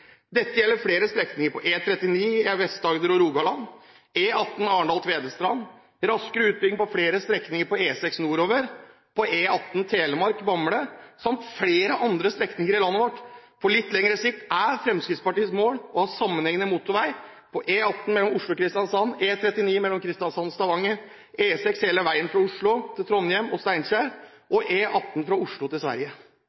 Dette gjelder flere strekninger på E39 i Vest-Agder og Rogaland, E18 Arendal–Tvedestrand, raskere utbygging på flere strekninger på E6 nordover, på E18 Telemark, Bamble, samt flere andre strekninger i landet vårt. På litt lengre sikt er Fremskrittspartiets mål å ha sammenhengende motorvei på E18 mellom Oslo og Kristiansand, E39 mellom Kristiansand og Stavanger, E6 hele veien fra Oslo til Trondheim og